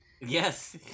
Yes